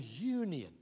union